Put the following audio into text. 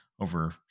over